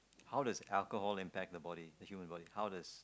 how does alcohol impact the body the human body